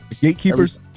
Gatekeepers